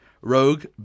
Rogue